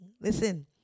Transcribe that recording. Listen